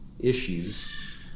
issues